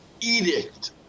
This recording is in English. edict